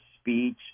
speech